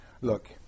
Look